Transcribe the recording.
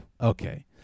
okay